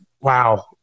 wow